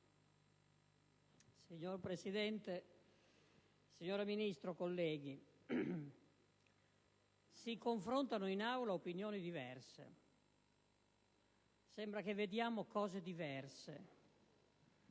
Signor Presidente, signora Ministro, colleghi, si confrontano in Aula opinioni diverse, sembra che vediamo cose diverse,